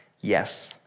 yes